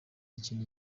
ikintu